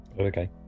Okay